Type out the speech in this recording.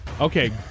Okay